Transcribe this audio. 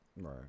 Right